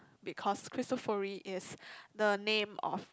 because cristofori is the name of